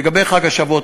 לגבי חג השבועות,